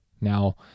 Now